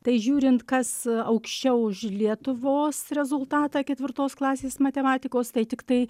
tai žiūrint kas aukščiau už lietuvos rezultatą ketvirtos klasės matematikos tai tiktai